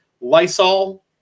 Lysol